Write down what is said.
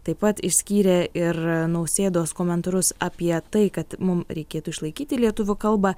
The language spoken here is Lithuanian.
taip pat išskyrė ir nausėdos komentarus apie tai kad mum reikėtų išlaikyti lietuvių kalbą